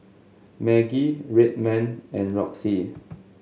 Maggi Red Man and Roxy